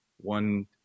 one